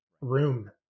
room